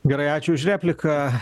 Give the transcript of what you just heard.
gerai ačiū už repliką